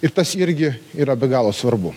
ir tas irgi yra be galo svarbu